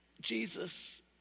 Jesus